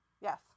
Yes